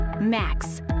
max